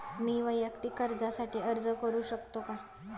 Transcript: मी वैयक्तिक कर्जासाठी अर्ज करू शकतो का?